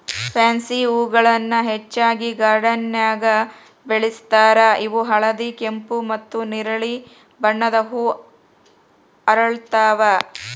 pansy ಹೂಗಳನ್ನ ಹೆಚ್ಚಾಗಿ ಗಾರ್ಡನ್ದಾಗ ಬೆಳೆಸ್ತಾರ ಇವು ಹಳದಿ, ಕೆಂಪು, ಮತ್ತ್ ನೆರಳಿ ಬಣ್ಣದ ಹೂ ಅರಳ್ತಾವ